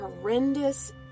horrendous